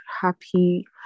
Happy